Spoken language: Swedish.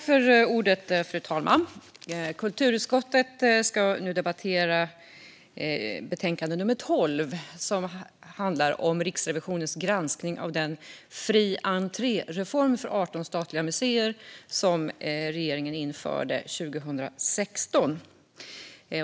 Fru talman! Kulturutskottet ska nu debattera betänkande 12, som handlar om Riksrevisionens granskning av den fri entré-reform för 18 statliga museer som regeringen införde 2016.